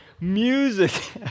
Music